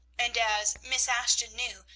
and, as miss ashton knew,